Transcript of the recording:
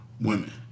women